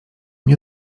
nie